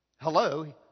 hello